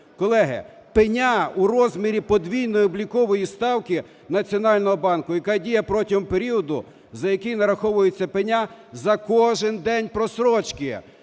Колеги, пеня у розмірі подвійної облікової ставки Національного банку, яка діє протягом періоду, за який нараховується пеня за кожен день прострочки.